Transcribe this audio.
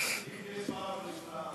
תמיד יש פעם ראשונה.